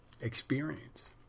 experience